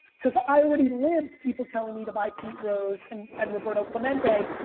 cause i already lived people telling me to buy pete rose and and roberto clemente.